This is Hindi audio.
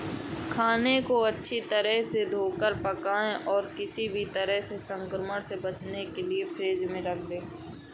खाने को अच्छी तरह से धोकर पकाएं और किसी भी तरह के संक्रमण से बचने के लिए फ्रिज में रख दें